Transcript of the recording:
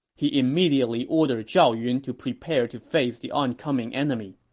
he immediately ordered zhao yun to prepare to face the oncoming enemy